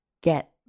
get